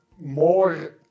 more